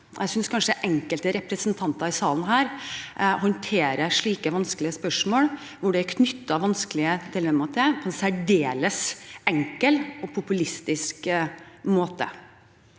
Jeg synes kanskje enkelte representanter i salen her håndterer slike vanskelige spørsmål, som det er knyttet vanskelige dilemmaer til, på en særdeles enkel og populistisk måte.